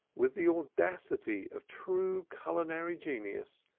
with the audacity of true culinary genius,